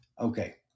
Okay